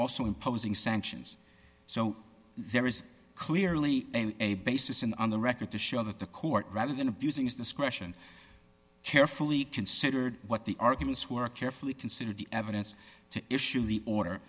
also imposing sanctions so there is clearly a basis in on the record to show that the court rather than abusing is this question carefully considered what the arguments were carefully considered the evidence to issue the order